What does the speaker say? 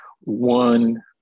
One